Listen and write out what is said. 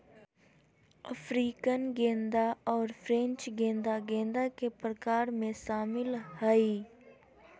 African गेंदा और French गेंदा गेंदा के प्रकार में शामिल हइ